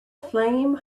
flame